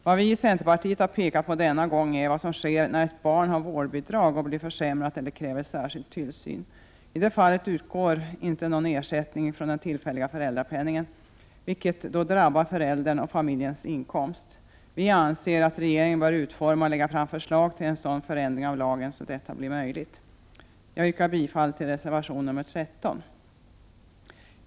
Vad vi i centerpartiet har pekat på denna gång är vad som sker när ett barn har vårdbidrag och blir försämrat eller kräver särskild tillsyn. I det fallet utgår ej någon ersättning från den tillfälliga föräldrapenningen, vilket då drabbar föräldrarna och familjens inkomst. Vi anser att regeringen bör utforma och lägga fram förslag till en sådan förändring av lagen att detta blir möjligt. Jag yrkar bifall till reservation nr 13.